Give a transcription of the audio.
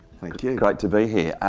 thank you. great to be here.